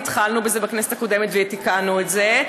התחלנו בזה בכנסת הקודמת ותיקנו את זה,